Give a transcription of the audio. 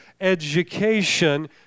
education